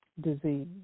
disease